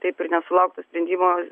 taip ir nesulaukt to sprendimo